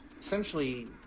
Essentially